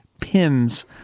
pins